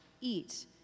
eat